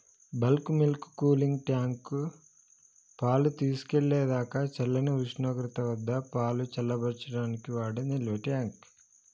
bulk milk cooling tank, పాలు తీసుకెళ్ళేదాకా చల్లని ఉష్ణోగ్రత వద్దపాలు చల్లబర్చడానికి వాడే నిల్వట్యాంక్